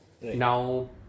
Now